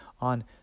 on